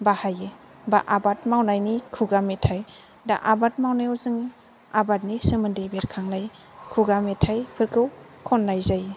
बाहायो बा आबाद मावनायनि खुगा मेथाइ दा आबाद मावनायाव जोङो आबादनि सोमोन्दै बेरखांनाय खुगा मेथाइफोरखौ खननाय जायो